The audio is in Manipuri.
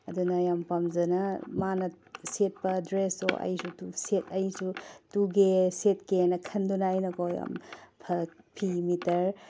ꯑꯗꯨꯅ ꯌꯥꯝ ꯄꯥꯝꯖꯅ ꯃꯥꯅ ꯁꯦꯠꯄ ꯗ꯭ꯔꯦꯁꯇꯣ ꯑꯩꯁꯨ ꯑꯗꯨꯝ ꯑꯩꯁꯨ ꯇꯨꯒꯦ ꯁꯦꯠꯀꯦꯅ ꯈꯟꯗꯨꯅ ꯑꯩꯅꯀꯣ ꯌꯥꯝ ꯐꯤ ꯃꯤꯇꯔ